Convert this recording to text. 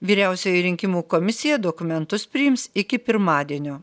vyriausioji rinkimų komisija dokumentus priims iki pirmadienio